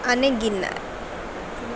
અને ગિરનાર